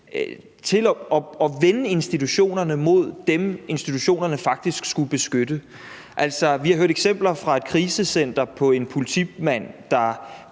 til at vende institutionerne mod dem, institutionerne faktisk skulle beskytte. Altså, vi har hørt eksempler fra et krisecenter på en politimand, der